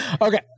Okay